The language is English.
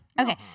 Okay